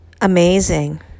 Amazing